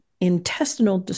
intestinal